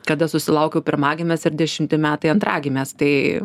kada susilaukiau pirmagimės ir dešimti metai antragimės tai